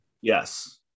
Yes